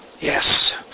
Yes